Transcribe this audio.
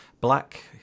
Black